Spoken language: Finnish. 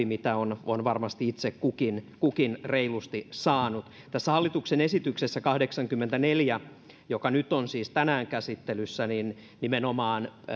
mitä on on varmasti itse kukin kukin reilusti saanut tässä hallituksen esityksessä kahdeksankymmentäneljä joka on siis tänään käsittelyssä nimenomaan